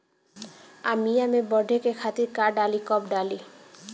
आमिया मैं बढ़े के खातिर का डाली कब कब डाली?